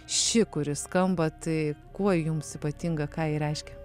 ši kuri skamba tai kuo jums ypatinga ką ji reiškia